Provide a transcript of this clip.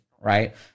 right